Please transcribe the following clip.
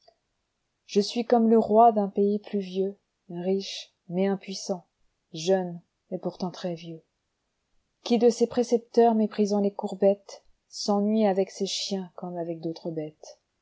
je suis comme le roi d'un pays pluvieux riche mais impuissant jeune et pourtant très vieux qui de ses précepteurs méprisant les courbettes s'ennuie avec ses chiens comme avec d'autres bêtes